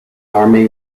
army